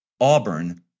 Auburn